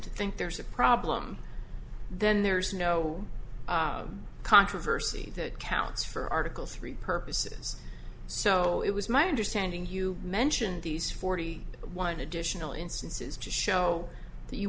to think there's a problem then there's no controversy that counts for article three purposes so it was my understanding you mentioned these forty one additional instances just show